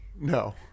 No